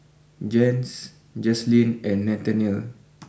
Jens Jaslyn and Nathaniel